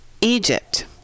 Egypt